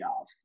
off